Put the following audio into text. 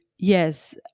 Yes